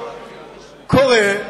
קורה.